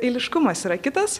eiliškumas yra kitas